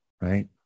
right